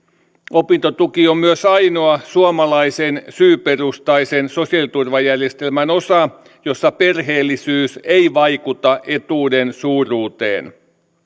opintotuki on myös ainoa suomalaisen syyperusteisen sosiaaliturvajärjestelmän osa jossa perheellisyys ei vaikuta etuuden suuruuteen